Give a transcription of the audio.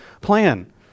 plan